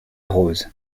rose